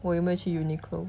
我有没有去 uniqlo